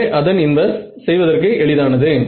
எனவே அதன் இன்வர்ஸ் செய்வதற்கு எளிதானது